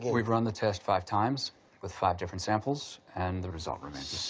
we've run the test five times with five different samples and the result remains